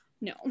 no